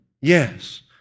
Yes